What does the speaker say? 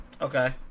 okay